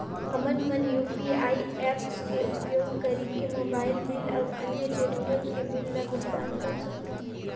हमन मन UPI apps के उपयोग करिके मोबाइल बिल अऊ अन्य जरूरत के बिल ल भुगतान कर सकथन